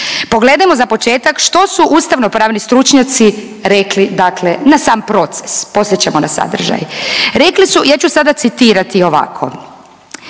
Pogledajmo za početak što su ustavno-pravni stručnjaci rekli dakle na sam proces, poslije ćemo na sadržaj. Rekli su, ja ću sada citirati ovako.